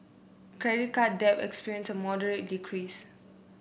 credit card debt experienced a moderate decrease